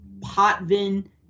Potvin